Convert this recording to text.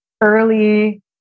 early